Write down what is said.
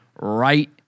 right